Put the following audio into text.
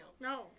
No